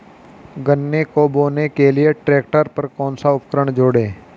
गन्ने को बोने के लिये ट्रैक्टर पर कौन सा उपकरण जोड़ें?